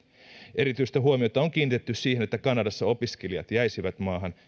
erityistä huomiota on kiinnitetty siihen että kanadassa opiskelijat jäisivät maahan